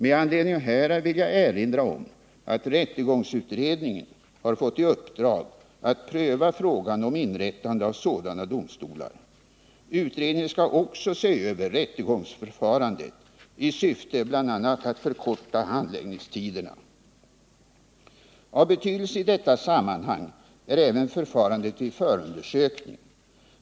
Med anledning härav vill jag erinra om att rättegångsutredningen har fått i uppdrag att pröva frågan om inrättande av sådana domstolar. Utredningen skall också se över rättegångsförfarandet i syfte bl.a. att förkorta handläggningstiderna. Av betydelse i detta sammanhang är även förfarandet vid förundersökning.